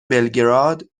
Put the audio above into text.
بلگراد